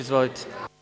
Izvolite.